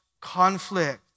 conflict